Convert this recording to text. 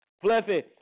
Fluffy